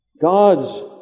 God's